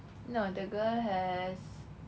no the girl has